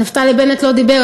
נפתלי בנט לא דיבר,